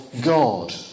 God